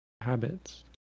habits